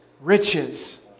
riches